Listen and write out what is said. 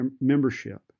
membership